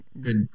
good